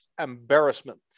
embarrassment